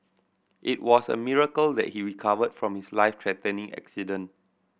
it was a miracle that he recovered from his life threatening accident